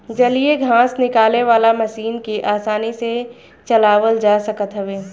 जलीय घास निकाले वाला मशीन के आसानी से चलावल जा सकत हवे